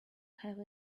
have